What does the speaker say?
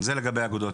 זה לגבי האגודות.